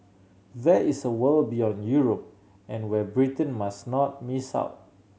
there is a world beyond Europe and where Britain must not miss out